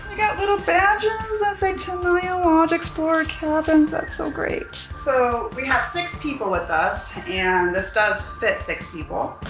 got little badges that say tenaya lodge explorer cabins. that's so great. so we have six people with us and this does fit six people.